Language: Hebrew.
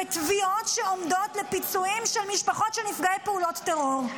ותביעות שעומדות לפיצויים של משפחות של נפגעי פעולות טרור.